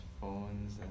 phones